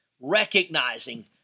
recognizing